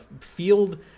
field